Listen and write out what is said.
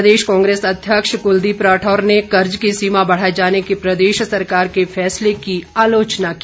प्रदेश कांग्रेस अध्यक्ष कुलदीप राठौर ने कर्ज की सीमा बढ़ाए जाने के प्रदेश सरकार के फैसले की आलोचना की